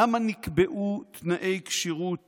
למה נקבעו תנאי כשירות